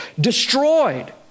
destroyed